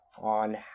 on